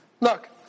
Look